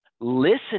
Listen